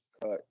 cut